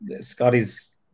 Scotty's